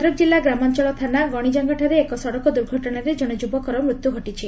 ଭଦ୍ରକ କିଲ୍ଲା ଗ୍ରାମାଞଳ ଥାନା ଗଶିଜାଙ୍ଗଠାରେ ଏକ ସଡ଼କ ଦୁର୍ଘଟଶାରେ ଜଣେ ଯୁବକର ମୃତ୍ୟୁ ଘଟିଛି